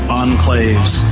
enclaves